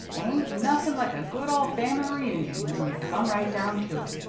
ain't nothin' like a good old fam'ly reunion, when ye come right down to it.